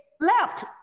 left